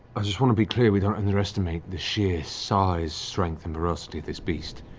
i just want to be clear we don't underestimate the sheer size, strength, and ferocity of this beast.